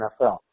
NFL